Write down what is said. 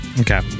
Okay